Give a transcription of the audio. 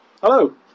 Hello